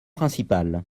principales